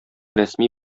рәсми